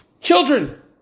children